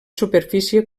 superfície